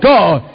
God